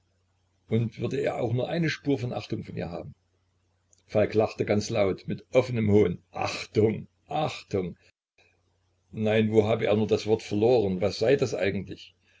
und würde er auch nur eine spur von achtung vor ihr haben falk lachte ganz laut mit offenem hohn achtung achtung nein wo habe er nur das wort verloren was sei das eigentlich